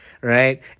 right